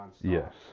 Yes